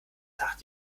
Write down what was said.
tag